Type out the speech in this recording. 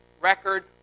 record